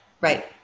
Right